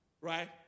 right